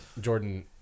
Jordan